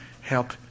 help